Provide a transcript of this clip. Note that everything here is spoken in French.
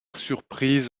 surprise